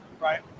Right